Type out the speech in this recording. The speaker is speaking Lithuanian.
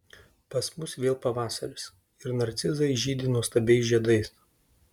pas mus vėl pavasaris ir narcizai žydi nuostabiais žiedais